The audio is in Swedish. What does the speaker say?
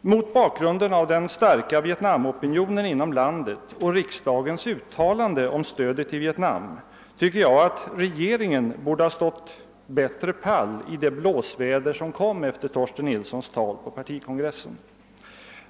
Mot bakgrunden av den starka Vietnamopinionen inom landet och riksdagens uttalande om stödet till Vietnam tycker jag att regeringen borde ha »stått pall» bättre i det blåsväder som kom efter Torsten Nilssons tal på partikongressen.